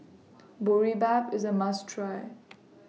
Boribap IS A must Try